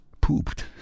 pooped